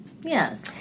yes